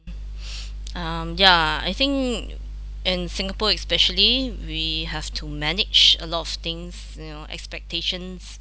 um ya I think in singapore especially we have to manage a lot of things you know expectations